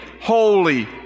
holy